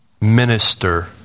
minister